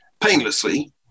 painlessly